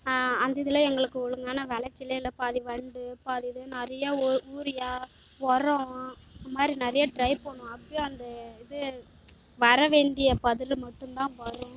அந்த இதில் எங்களுக்கு ஒழுங்கான வெளைச்சலே இல்லை பாதி வண்டு பாதி இது நறையா யூரியா ஒரம் இது மாதிரி நறையா டிரை பண்ணோம் அப்பயும் அந்த இது வர வேண்டிய பதுரு மட்டுந்தான் வரும்